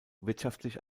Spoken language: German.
wirtschaftlich